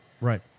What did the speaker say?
Right